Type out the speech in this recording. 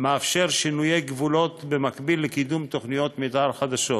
מאפשר שינויי גבולות במקביל לקידום תוכניות מתאר חדשות,